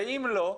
ואם לא,